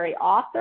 author